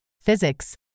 physics